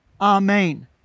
amen